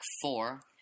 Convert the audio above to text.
four